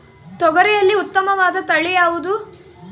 ತೊಗರಿಯಲ್ಲಿ ಉತ್ತಮವಾದ ತಳಿ ಯಾವುದು?